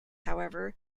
however